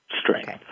strength